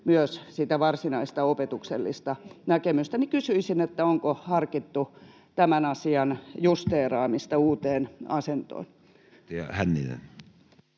myös sitä varsinaista opetuksellista näkemystä, joten kysyisin: onko harkittu tämän asian justeeraamista uuteen asentoon?